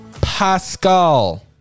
Pascal